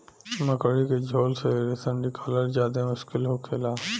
मकड़ी के झोल से रेशम निकालल ज्यादे मुश्किल होखेला